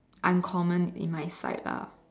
uncommon in my sight lah